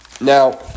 Now